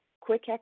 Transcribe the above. quick